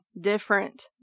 different